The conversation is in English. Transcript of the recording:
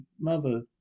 mother